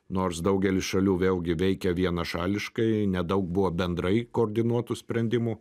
nors daugelis šalių vėlgi veikia vienašališkai nedaug buvo bendrai koordinuotų sprendimų